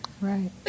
Right